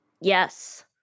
Yes